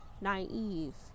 naive